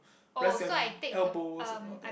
rest your elbows and all that